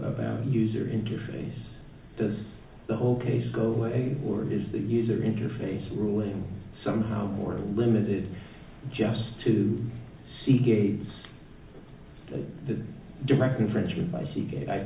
about user interface does the whole case go away or is that user interface rule somehow more limited just to see games the direct infringement by se